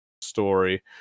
story